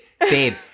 babe